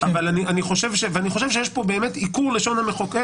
אני חושב שיש פה עיקור לשון המחוקק.